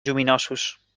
lluminosos